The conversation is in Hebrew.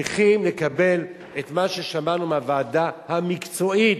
צריכים לקבל את מה ששמענו מהוועדה המקצועית,